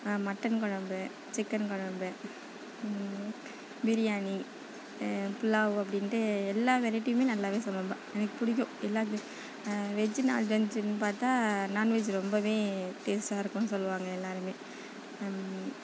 mutton குழம்பு chicken குழம்பு பிரியாணி புலாவ் அப்படின்ட்டு எல்லா வெரைட்டியுமே நல்லாவே சமைப்பேன் எனக்கு பிடிக்கும் எல்லா வெஜ்ஜு நான்வெஜ்னு பார்த்தா நான்வெஜ் ரொம்பவே டேஸ்ட்டாக இருக்கும்னு சொல்லுவாங்க எல்லோருமே